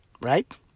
Right